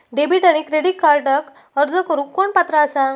Debit आणि credit कार्डक अर्ज करुक कोण पात्र आसा?